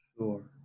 Sure